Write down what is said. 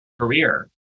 career